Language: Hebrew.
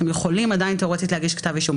אתם עדיין יכולים להגיש כתב אישום.